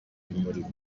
imurika